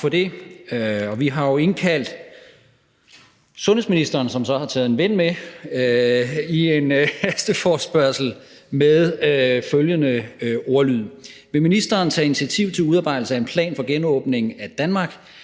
Vi har jo indkaldt sundhedsministeren, som så har taget en ven med, til en hasteforespørgsel med følgende ordlyd: »Vil ministeren tage initiativ til udarbejdelse af en plan for genåbningen af Danmark